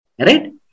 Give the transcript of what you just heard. right